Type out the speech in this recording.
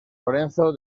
lorenzo